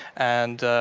and